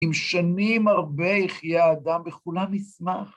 אם שנים הרבה יחיה אדם וכולם ישמח.